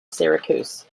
syracuse